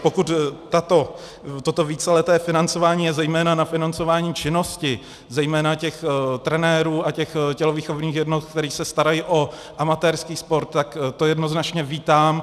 Pokud toto víceleté financování je zejména na financování činnosti těch trenérů a těch tělovýchovných jednot, které se starají o amatérský sport, tak to jednoznačně vítám.